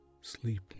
sleep